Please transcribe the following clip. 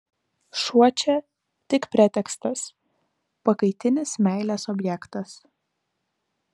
šuo čia tik pretekstas pakaitinis meilės objektas